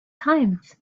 times